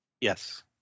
Yes